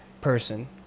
person